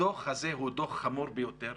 הדוח הזה הוא דוח חמור ביותר,